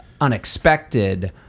unexpected